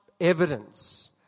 evidence